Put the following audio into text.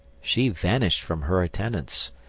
she vanished from her attendants,